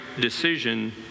decision